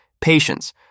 Patience